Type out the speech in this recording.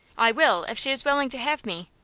i will if she is willing to have me,